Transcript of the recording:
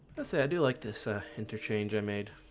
ah say i do like this interchange i made